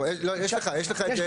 יש לך את זה בהמשך.